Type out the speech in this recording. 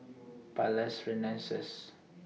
Palais Renaissance